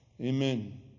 Amen